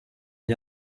gli